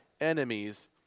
enemies